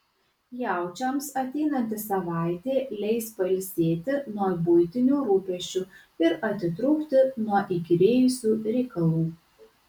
jaučiams ateinanti savaitė leis pailsėti nuo buitinių rūpesčių ir atitrūkti nuo įkyrėjusių reikalų